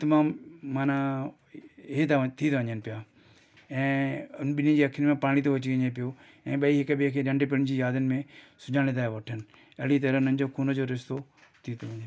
तमामु माना हे त थी था वञनि पिया ऐं उन ॿिन्ही जे अखियुनि में पाणी थो अची वञे पियो ऐं ॿई हिकु ॿिए खे नंढपणु जी यादियुनि में सुञाणे था वठनि अहिड़ी तरह हुननि जो ख़ून जो रिश्तो थी थो वञे